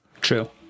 True